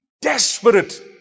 desperate